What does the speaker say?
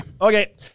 okay